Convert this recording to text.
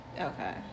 okay